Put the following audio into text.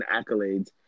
accolades